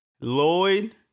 Lloyd